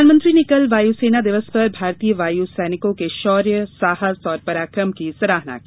प्रधानमंत्री ने कल वायुसेना दिवस पर भारतीय वायु सैनिकों के शौर्य साहस और पराक्रम की सराहना की